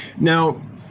Now